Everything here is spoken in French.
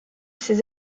ses